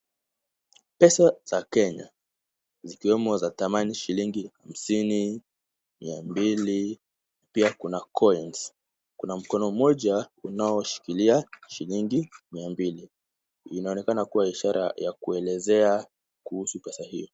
Pesa za Kenya zikiwemo za dhamani shilingi hamsini, mia mbili pia kuna coins . Kuna mkono mmoja unaoshikilia shilingi mia mbili. Inaonekana kuwa ishara ya kuelezea kuhusu pesa hiyo.